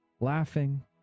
laughing